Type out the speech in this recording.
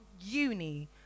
uni